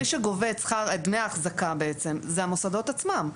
מי שגובה את דמי האחזקה זה המוסדות עצמם.